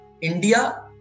India